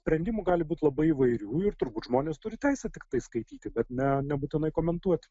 sprendimų gali būt labai įvairių ir turbūt žmonės turi teisę tiktai skaityti bet ne nebūtinai komentuoti